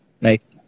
Nice